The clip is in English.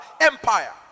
empire